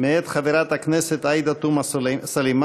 מאת חברת הכנסת עאידה תומא סלימאן.